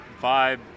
vibe